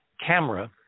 camera